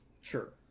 Sure